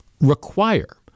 require